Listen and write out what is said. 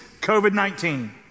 COVID-19